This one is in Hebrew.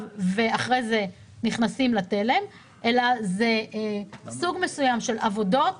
ואחרי כן נכנסים לתלם אלא זה סוג מסוים של עבודות